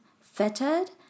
fettered